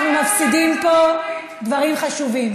חבריי היקרים, אנחנו מפסידים פה דברים חשובים.